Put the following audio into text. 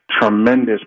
tremendous